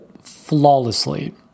flawlessly